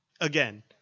Again